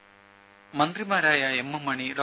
രുര മന്ത്രിമാരായ M M Mani ഡോ